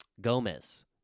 Gomez